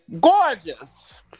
gorgeous